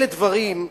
אלה דברים,